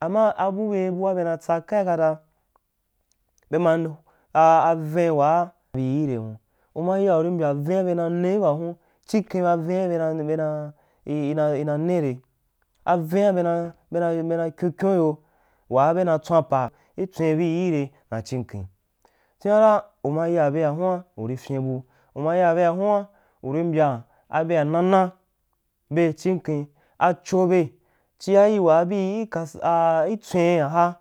ama abibe bua be na tsa kai kata bema avīn waa yii ire na uma ya urī mbya vīn a be na ne iba hun chiken ba vin a bena ben a ina ina m re a vina beuna bena kyin kyun yo waa be ha tswan pa i tswen bio ire ka chicken chunara uma ya byeahuan uri fyin bu uma ya byea huan uri, mbya a byea nana be chiken a cho be chia yii wha bii ikas a i tswin wa ha.